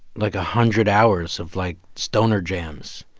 like, a hundred hours of, like, stoner jams